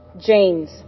James